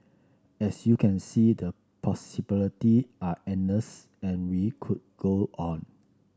as you can see the possibility are endless and we could go on